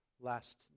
last